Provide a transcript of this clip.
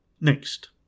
Next